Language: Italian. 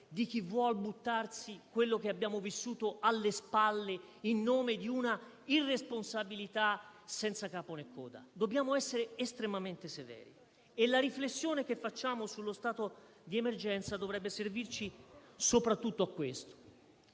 di chi vuole buttarsi quello che abbiamo vissuto alle spalle, in nome di una irresponsabilità senza capo né coda. Dobbiamo essere estremamente severi. La riflessione che facciamo sullo stato di emergenza dovrebbe servire soprattutto a questo.